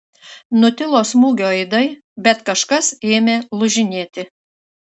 nutilo smūgio aidai bet kažkas ėmė lūžinėti